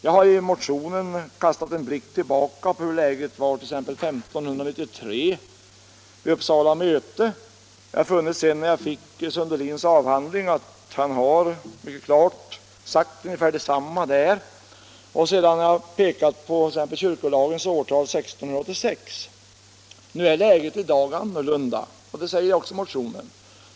I min motion har jag kastat en blick tillbaka på läget förr, t.ex. vid Uppsalamötet 1593. Av Sundelins avhandling har jag sett att Sundelin också säger ungefär detsamma som jag. Vidare har jag pekat på kyrkolagsårtalet 1686. I dag är läget annorlunda än då. Det säger jag också i motionen.